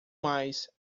mais